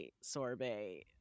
sorbet